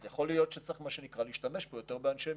אז יכול להיות שצריך להשתמש פה יותר באנשי המילואים.